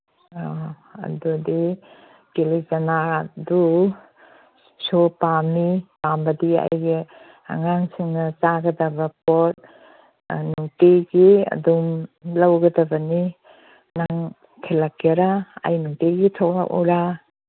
ꯑꯧ ꯑꯗꯨꯗꯤ ꯀꯤꯂꯤꯆꯅꯥꯗꯨꯁꯨ ꯄꯥꯝꯃꯤ ꯄꯥꯝꯕꯗꯤ ꯑꯩꯁꯦ ꯑꯉꯥꯡꯁꯤꯡꯅ ꯆꯥꯒꯗꯕ ꯄꯣꯠ ꯅꯨꯡꯇꯤꯒꯤ ꯑꯗꯨꯝ ꯂꯧꯒꯗꯕꯅꯤ ꯅꯪ ꯊꯤꯜꯂꯛꯀꯦꯔꯥ ꯑꯩ ꯅꯨꯡꯇꯤꯒꯤ ꯊꯣꯛꯂꯛꯎꯔꯥ